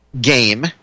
game